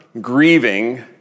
grieving